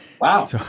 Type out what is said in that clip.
Wow